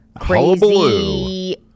crazy